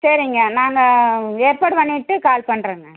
சரிங்க நாங்கள் ஏற்பாடு பண்ணிவிட்டு கால் பண்ணுறங்க